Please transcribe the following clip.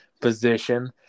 position